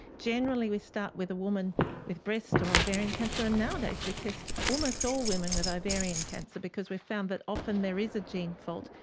generally we start with a woman with breast or ovarian cancer, and nowadays we test almost all women with ovarian cancer because we've found that often there is a gene fault,